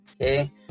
okay